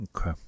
Okay